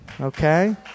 Okay